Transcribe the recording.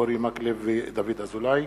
אורי מקלב ודוד אזולאי.